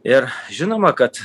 ir žinoma kad